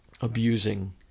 abusing